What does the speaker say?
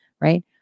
right